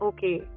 Okay